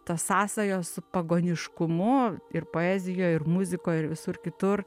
tos sąsajos su pagoniškumu ir poezijoj ir muzikoj ir visur kitur